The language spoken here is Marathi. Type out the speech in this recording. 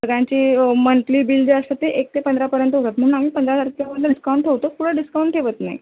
सगळ्यांची मंथली बिल जे असतं ते पंधरापर्यंत होतात म्हणून आम्ही पंधरा तारखेला डिस्काउंट ठेवतो पुढे डिस्काउंट ठवत नाही